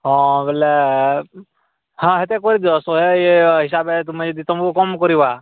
ହଁ ବୋଲେ ହଁ ହେତେ କହୁଚ ଶହେ ଇଏ ହିସାବେ ତୁମେ ଯଦି ତୁମକୁ କମ୍ କରିବା